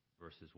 verses